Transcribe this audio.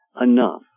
enough